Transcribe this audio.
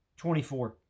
24